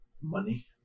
money